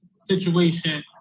situation